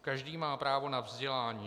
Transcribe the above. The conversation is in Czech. Každý má právo na vzdělání.